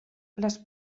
les